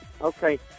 Okay